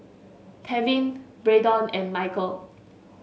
Tevin Braedon and Michel